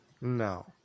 no